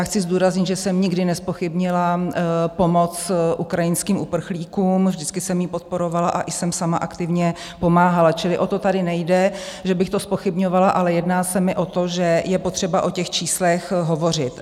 Chci zdůraznit, že jsem nikdy nezpochybnila pomoc ukrajinským uprchlíkům, vždycky jsem ji podporovala a i jsem sama aktivně pomáhala, čili o to tady nejde, že bych to zpochybňovala, ale jedná se mi o to, že je potřeba o těch číslech hovořit.